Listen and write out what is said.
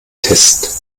test